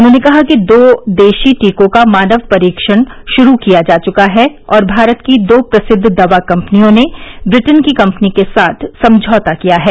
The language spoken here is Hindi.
उन्होंने कहा कि दो देशी टीकों का मानव परीक्षण शुरू किया जा चुका है और भारत की दो प्रसिद्ध दवा कम्पनियों ने ब्रिटेन की कम्पनी के साथ समझौता किया है